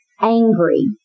angry